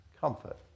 Comfort